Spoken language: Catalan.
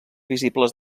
visibles